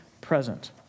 present